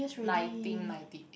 nineteen ninety eight